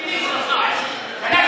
השר לשיתוף פעולה